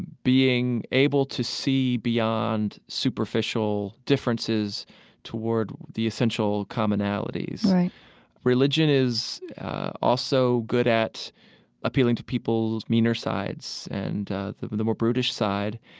being able to see beyond superficial differences toward the essential commonalities right religion is also good at appealing to people's meaner sides and the but the more brutish side,